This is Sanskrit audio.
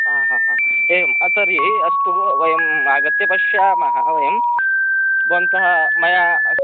अ हा हा एवं तर्हि अस्तु वयम् आगत्य पश्यामः वयं भवन्तः मया अस्